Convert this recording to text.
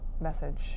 message